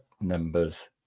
numbers